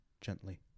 gently